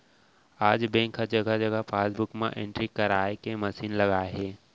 आज बेंक ह जघा जघा पासबूक म एंटरी कराए के मसीन लगाए हे